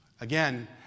Again